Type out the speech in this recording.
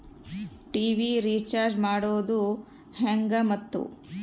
TV recharge ಮಾಡೋದು ಹೆಂಗ ಮತ್ತು?